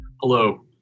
Hello